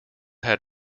had